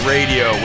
Radio